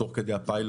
תוך כדי הפיילוט,